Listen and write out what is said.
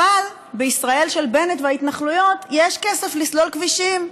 אבל בישראל של בנט וההתנחלויות יש כסף לסלול כבישים.